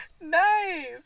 Nice